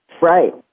Right